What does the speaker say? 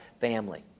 family